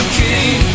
king